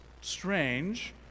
strange